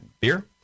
beer